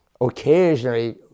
Occasionally